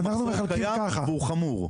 המחסור קיים והוא חמור.